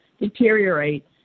deteriorate